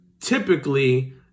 typically